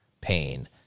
pain